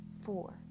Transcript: four